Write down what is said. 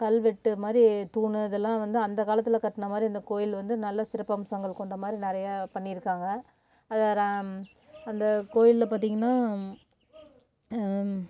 கல்வெட்டு மாதிரி தூணு இதெல்லாம் வந்து அந்த காலத்தில் கட்டின மாதிரி இந்த கோவில் வந்து நல்ல சிறப்பம்சங்கள் கொண்ட மாதிரி நிறையா பண்ணியிருக்காங்க அதை ரம் அந்த கோயிலில் பார்த்தீங்கனா